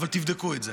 אבל תבדקו את זה.